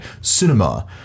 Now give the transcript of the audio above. cinema